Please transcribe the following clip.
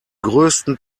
größten